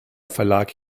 verlag